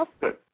Good